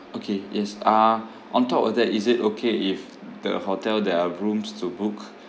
okay yes uh on top of that is it okay if the hotel there are rooms to book